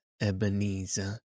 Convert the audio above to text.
Ebenezer